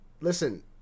listen